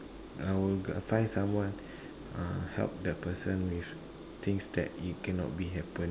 I will find someone uh help the person with things that it cannot be happen